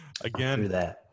again